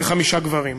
וחמישה גברים.